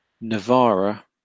Navarra